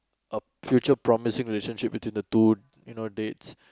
a future promising relationship between the two you know dates